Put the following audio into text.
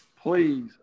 Please